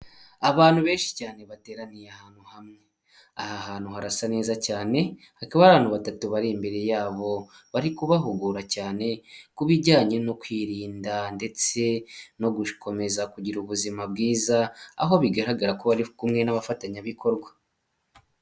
Abantu benshi cyane bateraniye ahantu hamwe, aha hantu harasa neza cyane hakaba abantu batatu bari imbere yabo bari kubahugura cyane ku bijyanye no kwirinda ndetse no gukomeza kugira ubuzima bwiza, aho bigaragara ko bari kumwe n'abafatanyabikorwa.